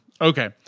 okay